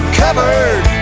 covered